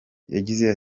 yagize